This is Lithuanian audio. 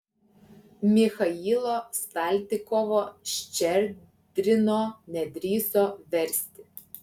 michailo saltykovo ščedrino nedrįso versti